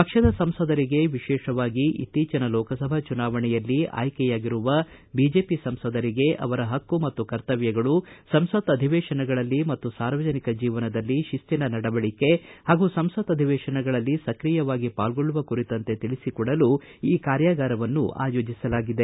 ಪಕ್ಷದ ಸಂಸದರಿಗೆ ವಿಶೇಷವಾಗಿ ಇತ್ತೀಚಿನ ಲೋಕಸಭಾ ಚುನಾವಣೆಯಲ್ಲಿ ಆಯ್ಕೆಯಾಗಿರುವ ಬಿಜೆಪಿ ಸಂಸದರಿಗೆ ಅವರ ಹಕ್ಕು ಮತ್ತು ಕರ್ತಮ್ಯಗಳು ಸಂಸತ್ ಅಧಿವೇಶನಗಳಲ್ಲಿ ಮತ್ತು ಸಾರ್ವಜನಿಕ ಜೀವನದಲ್ಲಿ ಶಿಸ್ತಿನ ನಡವಳಿಕೆ ಹಾಗೂ ಸಂಸತ್ ಅಧಿವೇಶನಗಳಲ್ಲಿ ಸ್ಕ್ರಿಯವಾಗಿ ಪಾಲ್ಗೊಳ್ಳುವ ಕುರಿತಂತೆ ತಿಳಿಸಿಕೊಡಲು ಈ ಕಾರ್ಯಾಗಾರವನ್ನು ಆಯೋಜಿಸಲಾಗಿದೆ